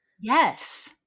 Yes